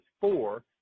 four